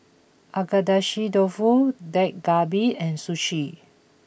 Agedashi Dofu Dak Galbi and Sushi